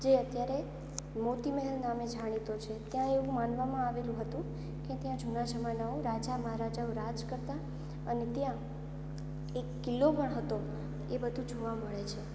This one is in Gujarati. જે અત્યારે મોતી મહેલ નામે જાણીતો છે ત્યાં એવું માનવામાં આવેલું હતું કે ત્યાં જૂના જમાનામાં રાજા મહારાજાઓ રાજ કરતા અને ત્યાં એક કિલ્લો પણ હતો એ બધું જોવા મળે છે